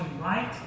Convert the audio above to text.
right